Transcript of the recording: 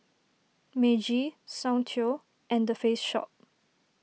Meiji Soundteoh and the Face Shop